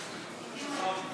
רוזנטל?